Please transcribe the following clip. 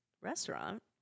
restaurant